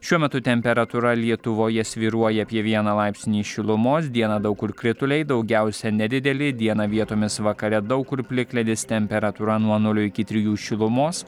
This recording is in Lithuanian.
šiuo metu temperatūra lietuvoje svyruoja apie vieną laipsnį šilumos dieną daug kur krituliai daugiausia nedideli dieną vietomis vakare daug kur plikledis temperatūra nuo nulio iki trijų šilumos